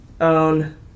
own